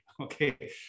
Okay